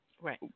right